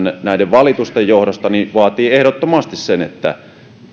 näiden valitusten johdosta vaatii ehdottomasti sen että